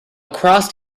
across